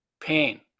pain